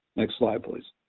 next slide please.